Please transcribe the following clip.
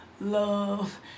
love